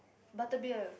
butter beer